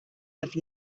have